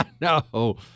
No